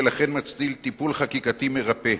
ולכן מצדיק טיפול חקיקתי מרפא.